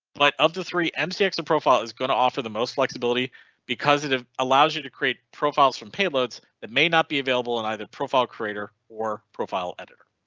but other three um mcx profile is going to offer the most flexibility because it ah allows you to create profiles from payloads that may not be available in either profile creator or profile editor.